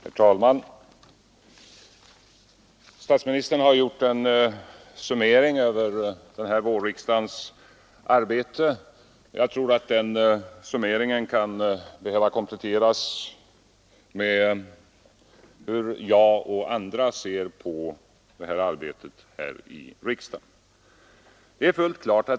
Herr talman! Statsministern har gjort en summering av denna vårriksdags arbete. Jag tror att den summeringen kan behöva kompletteras med att jag och andra talar om hur vi ser på arbetet här i riksdagen under den gångna våren.